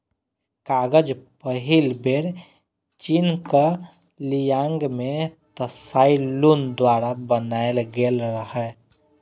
कागज पहिल बेर चीनक ली यांग मे त्साई लुन द्वारा बनाएल गेल रहै